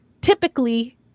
typically